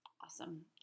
awesome